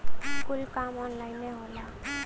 कुल काम ऑन्लाइने होला